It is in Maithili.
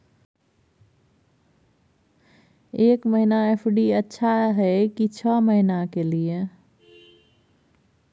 एक महीना एफ.डी अच्छा रहय हय की छः महीना के लिए?